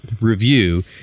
review